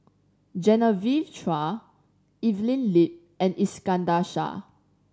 Genevieve Chua Evelyn Lip and Iskandar Shah